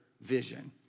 vision